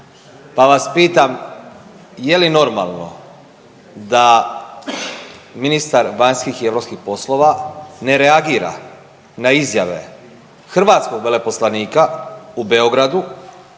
pa vas pitam je li normalno da ministar vanjskih i europskih poslova ne reagira na izjave hrvatskog veleposlanika u Beogradu